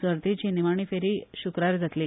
सर्तीची निमाणी फेरी शुक्रारा जातली